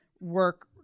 work